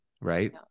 right